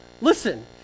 Listen